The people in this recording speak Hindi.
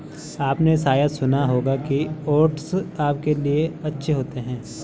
आपने शायद सुना होगा कि ओट्स आपके लिए अच्छे होते हैं